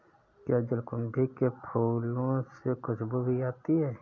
क्या जलकुंभी के फूलों से खुशबू भी आती है